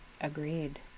Agreed